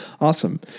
Awesome